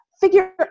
Figure